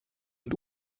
und